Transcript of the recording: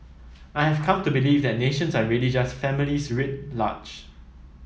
I have come to believe that nations are really just families writ large